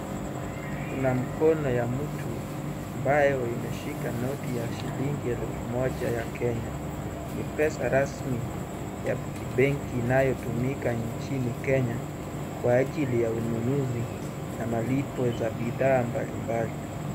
Kuna mkona ya mtu ambayo imeshika noti ya shilingi elfu moja ya Kenya. Ni pesa rasmi ya kibenki, inayotumika nchini Kenya, kwa ajili ya ununuzi na malipo za bidhaa mbalimbali.